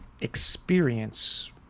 experience